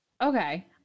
Okay